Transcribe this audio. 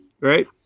right